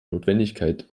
notwendigkeit